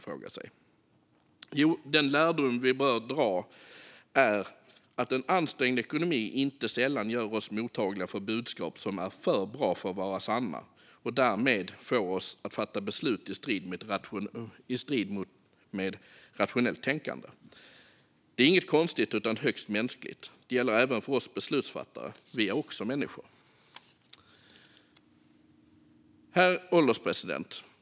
Ja, en lärdom vi bör dra är att en ansträngd ekonomi inte sällan gör oss mottagliga för budskap som är för bra för att vara sanna och därmed får oss att fatta beslut i strid med rationellt tänkande. Det är inget konstigt utan högst mänskligt, och det gäller även för oss beslutsfattare. Vi är också människor. Herr ålderspresident!